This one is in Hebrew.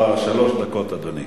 יש לך שלוש דקות, אדוני.